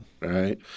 right